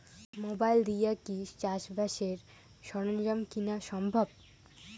Mobile দিয়া কি চাষবাসের সরঞ্জাম কিনা সম্ভব?